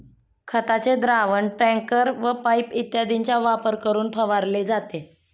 खताचे द्रावण टँकर व पाइप इत्यादींचा वापर करून फवारले जाते